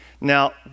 Now